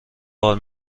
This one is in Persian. بار